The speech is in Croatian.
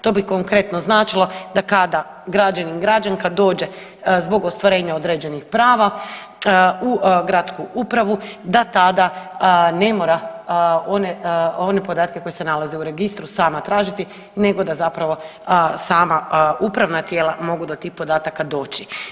To bi konkretno značilo, da kada građanin/građanka dođe zbog ostvarenja određenih prava u gradsku upravu, da tada ne mora one podatke koji se nalaze u Registru sama tražiti nego da zapravo sama upravna tijela mogu do tih podataka doći.